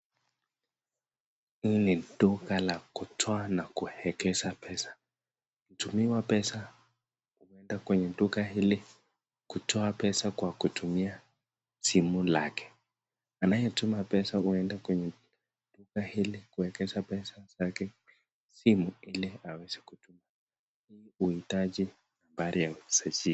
Hii ni duka la kutoa na kuekesha pesa ukitumia pesa unadenda kwenye duka hili kutoa pesa kwa kutumia simu lake, anayetuma pesa huenda kwenye duka hili kuekesha pesa zake simu ili aweze kutuma, hii huhitaji nambari ya usajili.